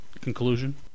Conclusion